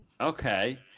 Okay